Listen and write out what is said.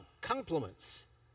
compliments